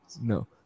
no